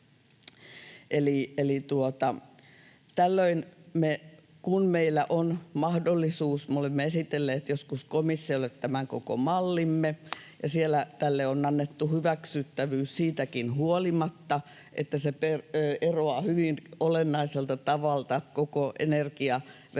Kun meillä on mahdollisuus... Me olemme esitelleet joskus komissiolle tämän koko mallimme, ja siellä tälle on annettu hyväksyttävyys siitäkin huolimatta, että se eroaa hyvin olennaisella tavalla koko energiaveromallista